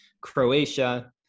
Croatia